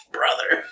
brother